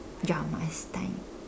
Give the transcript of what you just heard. dramas time